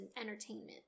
entertainment